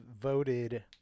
voted